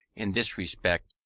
in this respect,